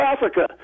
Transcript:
Africa